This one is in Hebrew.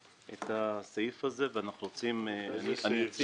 סעיף זה ואנחנו רוצים --- איזה סעיף?